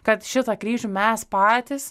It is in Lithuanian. kad šitą kryžių mes patys